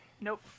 Nope